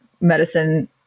medicine